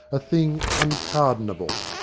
a thing un pardonable.